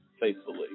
faithfully